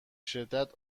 شدت